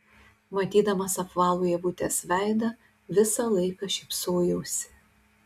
matydamas apvalų ievutės veidą visą laiką šypsojausi